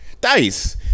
Dice